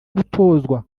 gutozwa